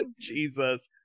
jesus